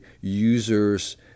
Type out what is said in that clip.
users